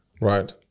right